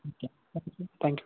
okay thank you